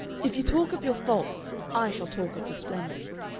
if you talk of your faults, i shall talk of your splendors.